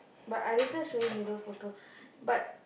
but I later show you Niru photo but